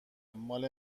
مال